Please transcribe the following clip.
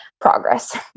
progress